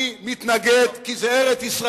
אני מתנגד כי זה ארץ-ישראל.